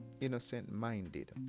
innocent-minded